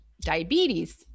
diabetes